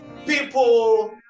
People